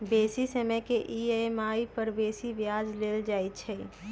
बेशी समय के ई.एम.आई पर बेशी ब्याज लेल जाइ छइ